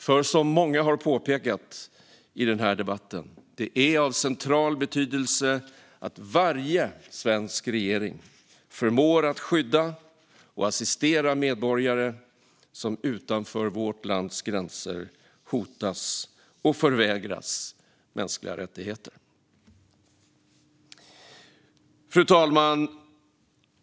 För som många har påpekat i denna debatt: Det är av central betydelse att varje svensk regering förmår att skydda och assistera medborgare som utanför vårt lands gränser hotas och förvägras mänskliga rättigheter. Fru talman!